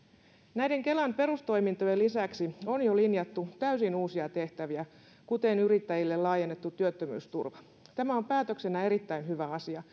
näiden kelan perustoimintojen lisäksi on jo linjattu täysin uusia tehtäviä kuten yrittäjille laajennettu työttömyysturva tämä on päätöksenä erittäin hyvä asia